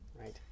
Right